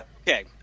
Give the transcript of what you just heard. Okay